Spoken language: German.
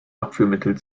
abführmittel